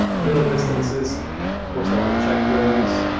middle distances of course i want to check those